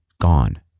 gone